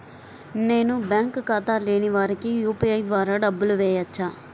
నేను బ్యాంక్ ఖాతా లేని వారికి యూ.పీ.ఐ ద్వారా డబ్బులు వేయచ్చా?